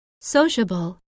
sociable